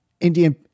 Indian